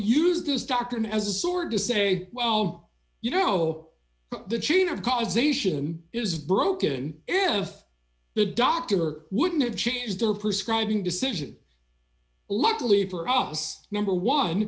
use this doctrine as a sword to say well you know the chain of causation is broken if the doctor wouldn't have changed or prescribe indecision luckily for us number one